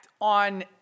on